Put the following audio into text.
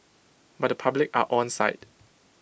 but the public are onside